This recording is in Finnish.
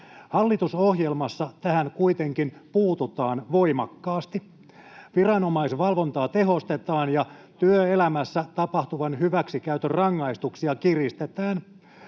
Hallitusohjelmassa tähän kuitenkin puututaan voimakkaasti: Viranomaisvalvontaa tehostetaan ja työelämässä tapahtuvan hyväksikäytön rangaistuksia kiristetään.